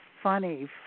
Funny